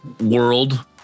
world